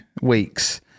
weeks